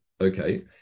okay